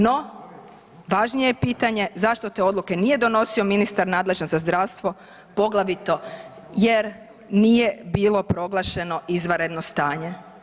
No, važnije je pitanje zašto te odluke nije donosio ministar nadležan za zdravstvo poglavito jer nije bilo proglašeno izvanredno stanje.